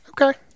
Okay